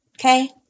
Okay